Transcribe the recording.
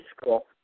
school